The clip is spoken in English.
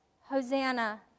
Hosanna